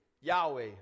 Yahweh